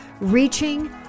reaching